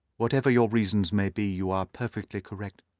whatever your reasons may be, you are perfectly correct,